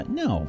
no